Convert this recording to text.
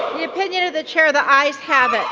the opinion of the chair of the eyes have it